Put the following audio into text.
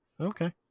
Okay